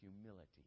humility